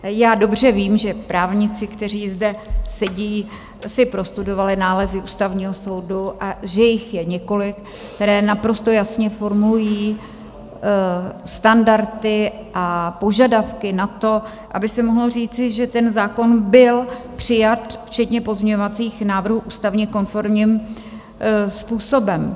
Já dobře vím, že právníci, kteří zde sedí, si prostudovali nález Ústavního soudu a že jich je několik, které naprosto jasně formulují standardy a požadavky na to, aby se mohlo říci, že ten zákon byl přijat, včetně pozměňovacích návrhů, ústavně konformním způsobem.